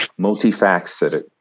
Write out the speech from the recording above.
multifaceted